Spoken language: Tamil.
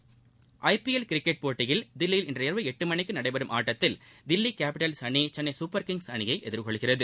விளையாட்டுக் செய்தி ஐ பி எல் கிரிக்கெட் போட்டியில் தில்லியில் இன்று இரவு எட்டு மணிக்கு நடைபெறும் ஆட்டத்தில் தில்லி கேப்பிடல்ஸ் அணி சென்னை சூப்பர் கிங்ஸ் அணியை எதிர்கொள்கிறது